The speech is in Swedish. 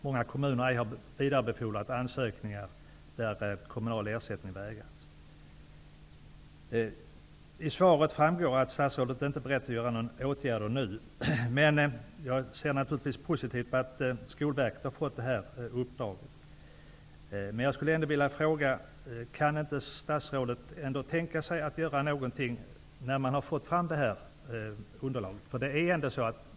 Många kommuner har ej vidarebefordrat ansökningar där kommunal ersättning har vägrats. Av svaret framgår att statsrådet inte är beredd är att vidta några åtgärder nu. Jag ser naturligtvis positivt på att Skolverket har fått ett uppdrag. Kan inte statsrådet tänka sig att göra någonting när man har fått fram underlaget?